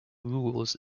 rules